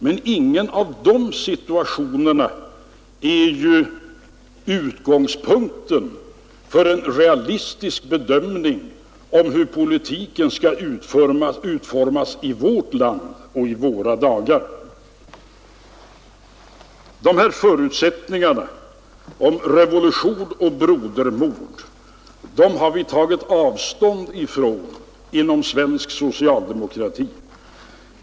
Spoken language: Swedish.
Men ingen av dessa situationer kan bilda utgångspunkt för en realistisk bedömning av hur politiken skall utformas i vårt land och i våra dagar. De här förutsättningarna av revolution och brodermord har vi tagit avstånd från inom svensk socialdemokrati.